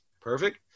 perfect